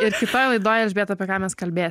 ir kitoje laidoj elžbieta apie ką mes kalbėsim